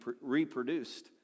reproduced